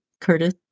Curtis